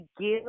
give